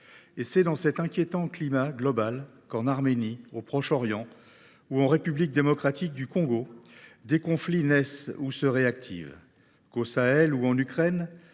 Et c’est dans cet inquiétant climat global que, en Arménie, au Proche Orient ou en République démocratique du Congo, des conflits naissent ou se réactivent ; que, au Sahel ou en Ukraine,